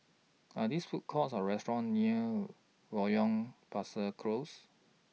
Are theirs Food Courts Or restaurants near Loyang Besar Close